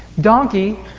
donkey